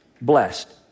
blessed